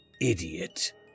Idiot